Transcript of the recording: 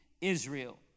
Israel